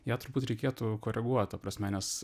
ją turbūt reikėtų koreguot ta prasme nes